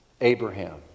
Abraham